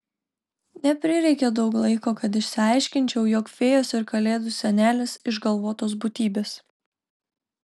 neprireikė daug laiko kad išsiaiškinčiau jog fėjos ir kalėdų senelis išgalvotos būtybės